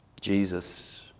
Jesus